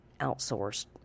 outsourced